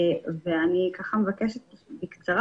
אני מבקשת לומר בקצרה